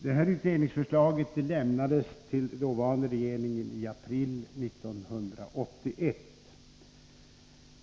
Dessa utredningsförslag lämnades till den dåvarande regeringen i april 1981.